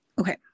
Okay